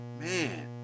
man